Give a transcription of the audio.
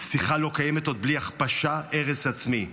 שיחה לא קיימת עוד בלי הכפשה, הרס עצמי.